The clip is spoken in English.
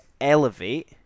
elevate